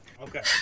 Okay